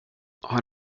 har